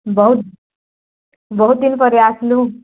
ବହୁତ୍ ବହୁତ୍ ଦିନ୍ ପରେ ଆସିଲୁ